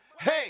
hey